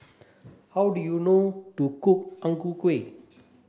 how do you know to cook Ang Ku Kueh